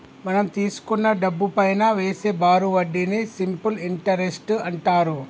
మనం తీసుకున్న డబ్బుపైనా వేసే బారు వడ్డీని సింపుల్ ఇంటరెస్ట్ అంటారు